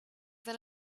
than